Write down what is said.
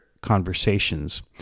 conversations